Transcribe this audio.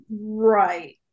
right